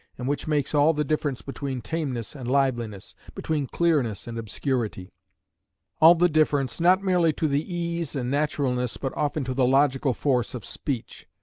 and which makes all the difference between tameness and liveliness, between clearness and obscurity all the difference, not merely to the ease and naturalness, but often to the logical force of speech.